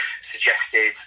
suggested